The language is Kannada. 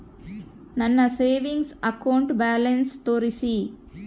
ನನ್ನ ಸೇವಿಂಗ್ಸ್ ಅಕೌಂಟ್ ಬ್ಯಾಲೆನ್ಸ್ ತೋರಿಸಿ?